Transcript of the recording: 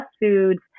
foods